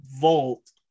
vault